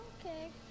okay